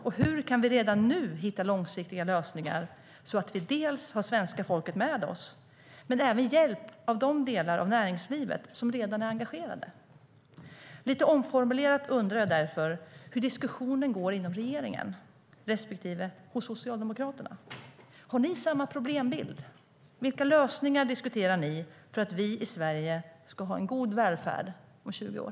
Och hur kan vi redan nu hitta långsiktiga lösningar så att vi dels har svenska folket med oss men även hjälp av de delar av näringslivet som redan är engagerade? Lite omformulerat undrar jag därför hur diskussionen går inom regeringen, respektive hos Socialdemokraterna. Har ni samma problembild? Vilka lösningar diskuterar ni för att vi i Sverige ska ha en god välfärd även om 20 år?